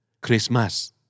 Christmas